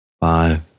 five